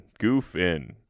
Goofin